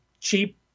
cheap